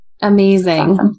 Amazing